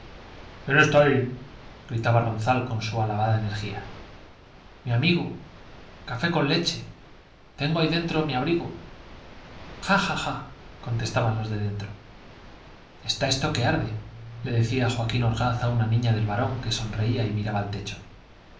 está ahí gritaba ronzal con su alabada energía mi abrigo café con leche tengo ahí dentro mi abrigo ja ja ja contestaban los de dentro está esto que arde le decía joaquín orgaz a una niña del barón que sonreía y miraba al techo sí